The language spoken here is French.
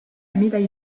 médaille